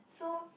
so